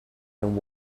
and